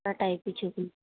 ఆ టైప్వి చూపించండి